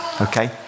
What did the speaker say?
Okay